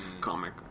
comic